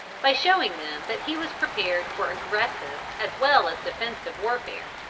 by showing them that he was prepared for aggressive as well as defensive warfare,